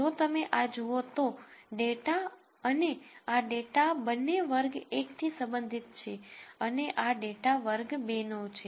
જો તમે આ જુઓ તો આ ડેટા અને આ ડેટા બંને વર્ગ 1 થી સંબંધિત છે અને આ ડેટા વર્ગ 2 નો છે